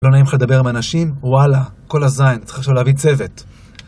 לא נעים לך לדבר עם אנשים? וואלה, כל הזין, צריך עכשיו להביא צוות.